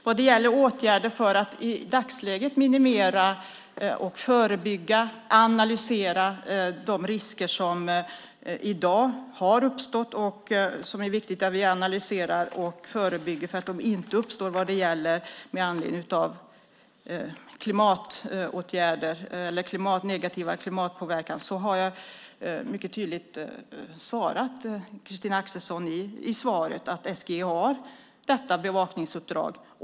Vad gäller åtgärder för att i dagsläget minimera, förebygga och analysera de risker som i dag har uppstått handlar det om att vi ska förebygga att de inte uppstår till följd av negativ klimatpåverkan. Jag har mycket tydligt svarat Christina Axelsson i interpellationssvaret att SGI har detta bevakningsuppdrag.